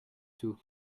tout